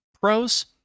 Pros